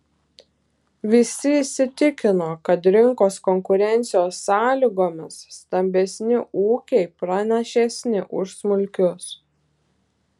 visi įsitikino kad rinkos konkurencijos sąlygomis stambesni ūkiai pranašesni už smulkius